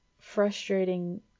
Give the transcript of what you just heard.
frustrating